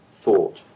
thought